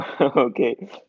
Okay